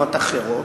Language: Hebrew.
כבמדינות אחרות,